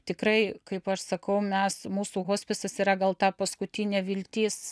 tikrai kaip aš sakau mes mūsų hospisas yra gal ta paskutinė viltis